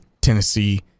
tennessee